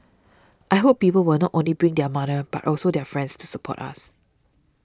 I hope people will not only bring their mother but also their friends to support us